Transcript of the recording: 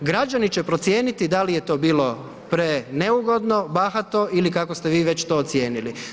Građani će procijeniti da li je to bilo preneugodno, bahato ili kako ste vi već to ocijenili.